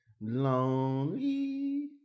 Lonely